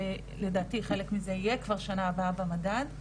שלדעתי חלק מזה יהיה כבר בשנה הבאה במדד,